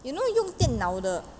you know 用电脑的